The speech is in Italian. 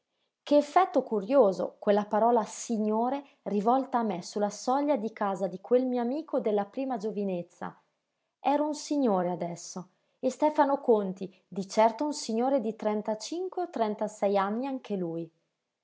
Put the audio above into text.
che effetto curioso quella parola signore rivolta a me su la soglia di casa di quel mio amico della prima giovinezza ero un signore adesso e stefano conti di certo un signore di trentacinque o trentasei anni anche lui